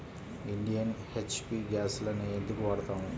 Indian, HP గ్యాస్లనే ఎందుకు వాడతాము?